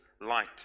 light